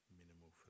minimal